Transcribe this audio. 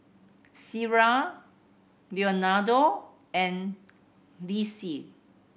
Sierra Leonardo and Lisle